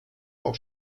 auch